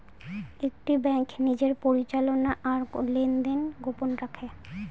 একটি ব্যাঙ্ক নিজের পরিচালনা আর লেনদেন গোপন রাখে